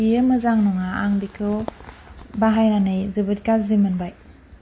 बियो मोजां नङा आं बेखौ बाहायनानै जोबोद गाज्रि मोनबाय